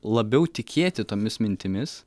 labiau tikėti tomis mintimis